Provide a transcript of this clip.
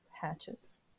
hatches